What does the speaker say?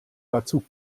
dazu